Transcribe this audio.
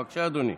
בבקשה, אדוני.